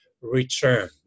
Return